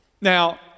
Now